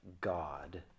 God